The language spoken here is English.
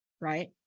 right